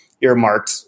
earmarked